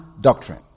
doctrine